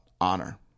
honor